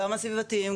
גם הסביבתיים,